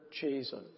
Jesus